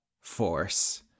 force